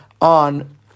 on